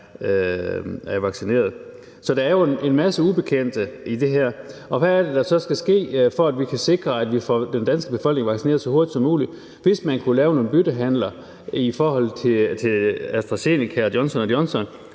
er vaccineret. Så der er jo en masse ubekendte i det her. Hvad er det så, der skal ske, for at vi kan sikre, at vi får den danske befolkning vaccineret så hurtigt som muligt? Hvis man kunne lave nogle byttehandler med AstraZeneca og Johnson & Johnson